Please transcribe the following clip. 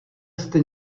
jste